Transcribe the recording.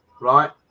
right